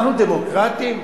אנחנו דמוקרטים?